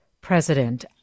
president